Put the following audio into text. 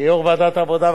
כיושב-ראש ועדת העבודה,